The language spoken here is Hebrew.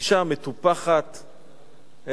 אשה מטופחת,